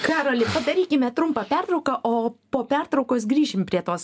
karoli padarykime trumpą pertrauką o po pertraukos grįšim prie tos